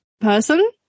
person